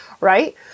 right